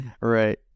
right